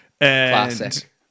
classic